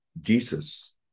Jesus